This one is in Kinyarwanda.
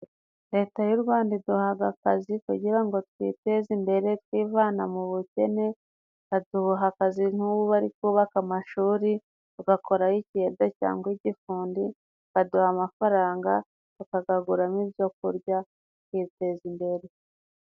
Leta y'u Rwanda iduhahaga akazi kugira ngo twiteze imbere twivana mu bukene. Baduha akazi nk'ubu bari kubaka amashuri, ugakorayo ikiyede cyangwa igifundi baduha amafaranga tukagaguramo ibyo kurya tukiteza imbere.